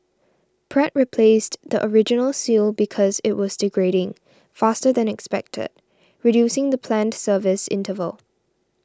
pratt replaced the original seal because it was degrading faster than expected reducing the planned service interval